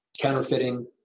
counterfeiting